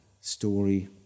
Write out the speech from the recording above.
story